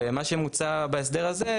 מה שמוצע בהסדר הזה,